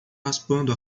raspando